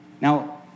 Now